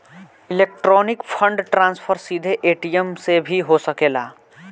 electronic fund transfer सीधे ATM से भी हो सकेला